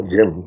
Jim